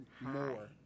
More